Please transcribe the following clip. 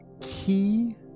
key